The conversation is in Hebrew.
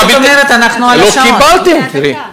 לא האשמתי אותך.